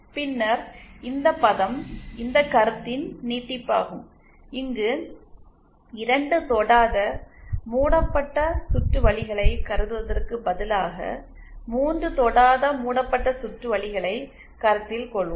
பின்னர் இந்த பதம் இந்த கருத்தின் நீட்டிப்பாகும் இங்கு 2 தொடாத மூடப்பட்ட சுற்றுவழிகளை கருதுவதற்குப் பதிலாக 3 தொடாத மூடப்பட்ட சுற்றுவழிகளை கருத்தில் கொள்வோம்